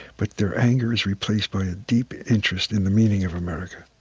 but their anger is replaced by a deep interest in the meaning of america